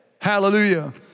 Hallelujah